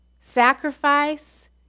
sacrifice